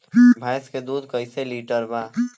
भैंस के दूध कईसे लीटर बा?